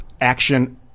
action